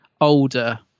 older